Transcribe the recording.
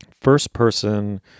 first-person